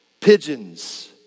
pigeons